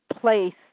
place